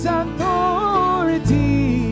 authority